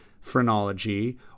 phrenology